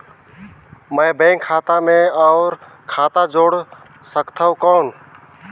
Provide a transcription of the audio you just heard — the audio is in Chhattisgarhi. मैं बैंक खाता मे और खाता जोड़ सकथव कौन?